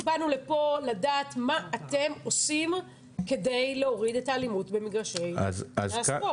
באנו לפה לדעת מה אתם עושים כדי להוריד את האלימות במגרשי הספורט.